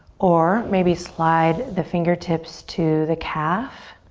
or maybe slide the fingertips to the calf.